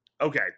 Okay